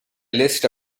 list